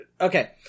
Okay